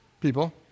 people